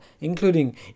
including